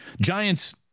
Giants